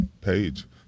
page